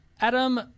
Adam